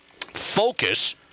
focus